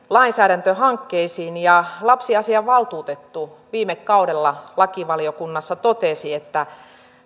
lainsäädäntöhankkeisiin ja lapsiasiainvaltuutettu viime kaudella lakivaliokunnassa totesi että